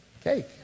Cake